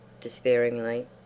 despairingly